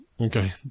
Okay